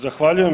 Zahvaljujem.